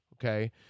Okay